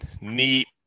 neat